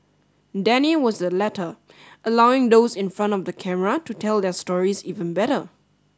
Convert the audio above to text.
Danny was the latter allowing those in front of the camera to tell their stories even better